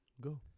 go